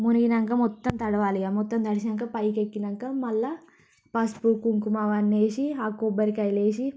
మునిగాక మొత్తం తడవాలి ఇక మొత్తం తడిసాక పైకి ఎక్కాక మళ్ళీ పసుపు కుంకుమ అవన్నీ వేసి ఆ కొబ్బరికాయలు వేసి